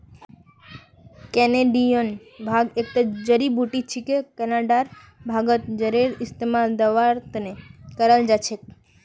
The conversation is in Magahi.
कैनेडियन भांग एकता जड़ी बूटी छिके कनाडार भांगत जरेर इस्तमाल दवार त न कराल जा छेक